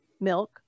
milk